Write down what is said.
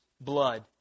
blood